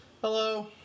Hello